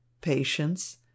Patience